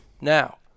Now